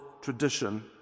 tradition